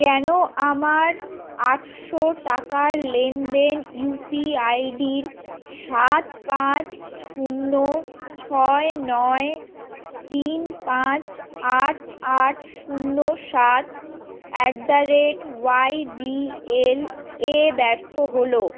কেন আমার আটশো টাকার লেনদেন ইউ পি আইডির সাত পাঁচ শূন্য ছয় নয় তিন পাঁচ আট আট শূন্য সাত at the rate Y B L A ব্যর্থ হলো